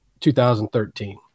2013